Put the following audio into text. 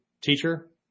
teacher